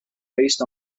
based